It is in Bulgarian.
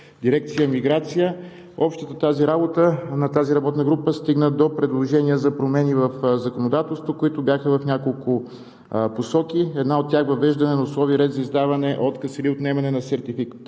дирекция „Миграция“. Общата работа на тази работна група стигна до предложения за промени в законодателството, които бяха в няколко посоки, а една от тях е: въвеждане на условия и ред за издаване, отказ или отнемане на сертификат